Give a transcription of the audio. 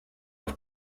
auf